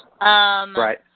Right